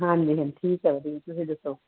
ਹਾਂਜੀ ਹਾਂਜੀ ਠੀਕ ਹੈ ਵਧੀਆ ਤੁਸੀਂ ਦੱਸੋ